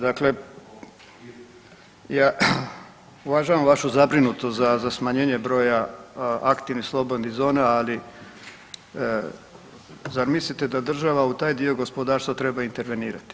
Dakle, ja uvažavam vašu zabrinutost za smanjenje broja aktivnih slobodnih zona, ali zar mislite da država u taj dio gospodarstva treba intervenirati?